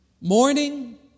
Morning